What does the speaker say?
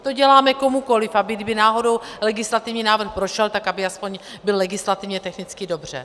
To děláme komukoliv, kdyby náhodou legislativní návrh prošel, tak aby aspoň byl legislativně technicky dobře.